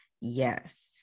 Yes